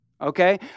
Okay